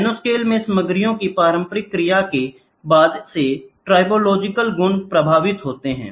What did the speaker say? nanoscale में सामग्रियों की पारस्परिक क्रिया के बाद से ट्रिबोलोजिकल गुण प्रभावित होते हैं